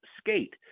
skate